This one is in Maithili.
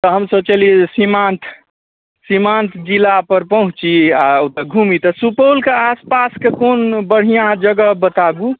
तऽ हम सोचलिए जे सीमान्त सीमान्त जिलापर पहुँची आ ओतऽ घूमी तऽ सुपौलके आसपासके कोन बढ़िआँ जगह बताबू